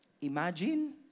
Imagine